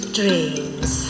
dreams